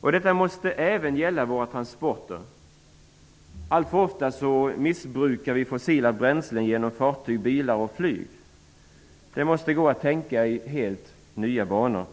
Detta måste även gälla våra transporter. Alltför ofta missbrukar vi fossila bränslen genom fartyg, bilar och flyg. Det måste gå att tänka i helt nya banor.